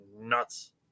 nuts